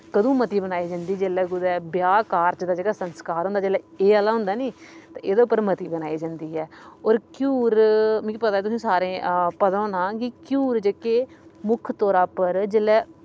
कंदू मती बनाई जंदी जेह्लै कुतै ब्याह् कारज दा संस्कार होंदा जेह्लै एह् आह्ला होंदा निं एह्दे उप्पर मती बनाई जंदी ऐ ओर घ्युर मिकी पता तुसें सारें पता होना घ्युर जेह्के मुक्ख तौरा उप्पर जेह्लै